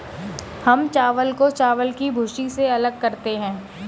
हम चावल को चावल की भूसी से अलग करते हैं